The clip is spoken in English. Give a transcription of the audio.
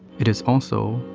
it is also,